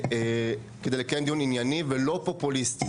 כדי לקיים דיון ענייני ולא פופוליסטי,